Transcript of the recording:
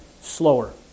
slower